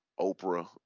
Oprah